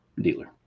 dealer